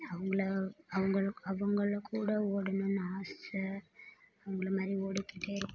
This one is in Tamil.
அவங்கள அவங்களுக்கு அவங்களக்கூட ஓடுணும்ன்னு ஆசை அவங்கள மாதிரி ஓடுகிறத்துக்கு